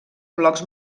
blocs